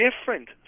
different